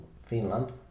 Finland